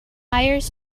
hires